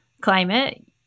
climate